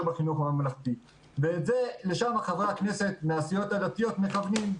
בחינוך הממלכתי ולשם חברי הכנסת מהסיעות הדתיות מכוונים,